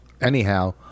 Anyhow